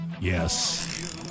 Yes